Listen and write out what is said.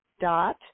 dot